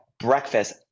breakfast